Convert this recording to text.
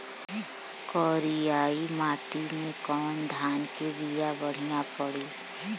करियाई माटी मे कवन धान के बिया बढ़ियां पड़ी?